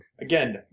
Again